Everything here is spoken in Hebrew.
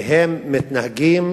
והם מתנהגים